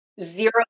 zero